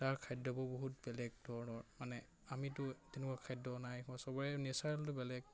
তাৰ খাদ্যবোৰ বহুত বেলেগ ধৰৰ মানে আমিতো তেনেকুৱা খাদ্য চবৰে নেচাৰেলটো বেলেগ